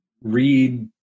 read